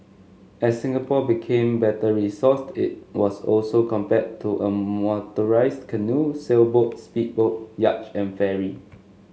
as Singapore became better resourced it was also compared to a motorised canoe sailboat speedboat yacht and ferry